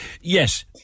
yes